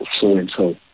so-and-so